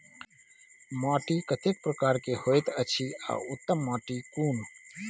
माटी कतेक प्रकार के होयत अछि आ उत्तम माटी कोन?